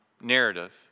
narrative